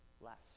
left